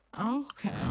okay